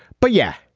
but yeah,